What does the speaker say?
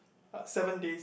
uh seven days